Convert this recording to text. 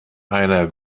einer